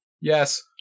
Yes